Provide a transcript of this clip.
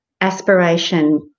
aspiration